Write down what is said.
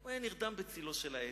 הוא היה נרדם בצלו של העץ.